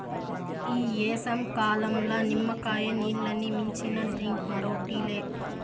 ఈ ఏసంకాలంల నిమ్మకాయ నీల్లని మించిన డ్రింక్ మరోటి లే